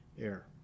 air